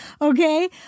okay